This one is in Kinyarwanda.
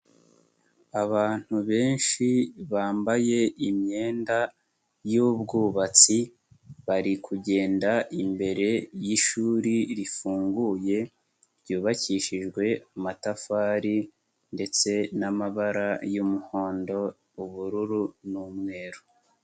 Abantu benshi bambaye imyenda y'ubwubatsi, bari kugenda imbere y'ishuri rifunguye, ryubakishijwe amatafari ndetse n'amabara y'umuhondo, ubururu n'umweru.